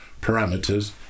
parameters